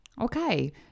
okay